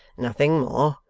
nothing more